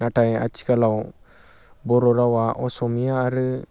नाथाय आथिखालाव बर' रावआ असमिया आरो